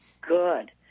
good